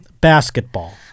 basketball